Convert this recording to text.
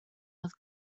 oedd